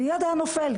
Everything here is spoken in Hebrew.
והיתר היה נופל.